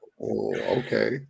Okay